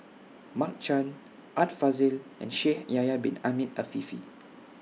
Mark Chan Art Fazil and Shaikh Yahya Bin Ahmed Afifi